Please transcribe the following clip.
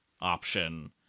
option